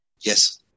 Yes